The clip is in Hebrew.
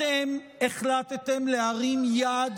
אתם החלטתם להרים יד,